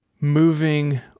Moving